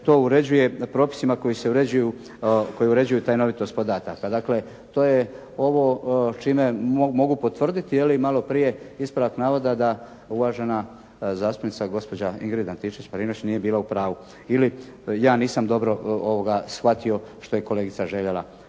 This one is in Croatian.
to uređuje propisima koju uređuju tajnovitost podataka. Dakle, to je ovo čime mogu potvrdili jeli malo prije ispravak navoda da uvažena zastupnica gospođa Ingrid Antičević Marinović nije bila u pravo ili ja nisam dobro shvatio što je kolegica željela